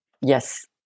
Yes